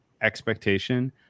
expectation